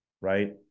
right